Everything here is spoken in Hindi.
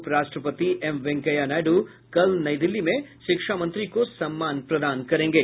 उप राष्ट्रपति एम वेंकैया नायडू कल नई दिल्ली में शिक्षा मंत्री को सम्मान प्रदान करेंगे